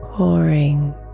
Pouring